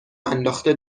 انداخته